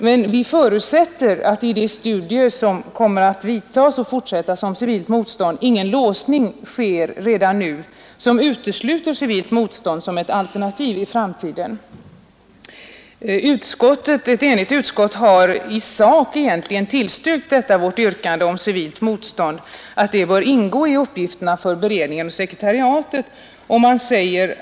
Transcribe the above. Men vi förutsätter att i de studier, som kommer att vidtas och fortsättas om civilt motstånd, ingen låsning redan nu sker som utesluter civilt motstånd som ett alternativ i framtiden. Ett enigt utskott har i sak egentligen tillstyrkt vårt yrkande om att studier om civilt motstånd bör ingå i den föreslagna beredningens och sekretariatets arbete.